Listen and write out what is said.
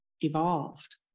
evolved